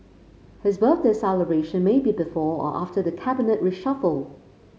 his birthday celebration may be before or after the Cabinet reshuffle